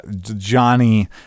Johnny